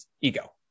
ego